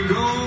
go